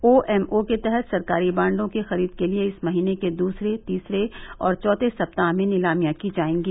OMO के तहत सरकारी बांडों की खरीद के लिए इस महीने के दूसरे तीसरे और चौथे सप्ताह में नीलामियां की जाएंगी